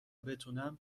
بتونم